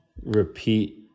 repeat